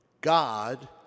God